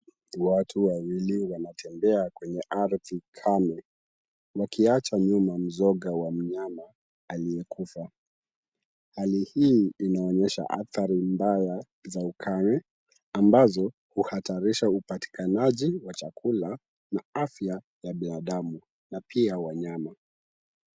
Watu wawili wanatembea kwenye ardhi kame, wakiacha nyuma mzoga wa mnyama aliyekufa. Hali hii inaonyesha athari mbaya za ukame ambazo huhatarisha upatikanaji wa chakula na afya ya binadamu na pia wanyama.